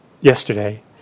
yesterday